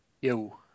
Yo